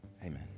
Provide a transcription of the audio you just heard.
Amen